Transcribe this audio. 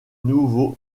nouveau